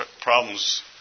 problems